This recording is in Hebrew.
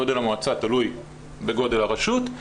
גודל המועצה תלוי בגודל הרשות.